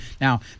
Now